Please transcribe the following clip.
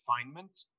refinement